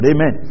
Amen